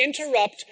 interrupt